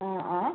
ആ ആ